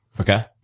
Okay